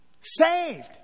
saved